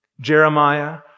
Jeremiah